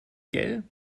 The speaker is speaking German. gell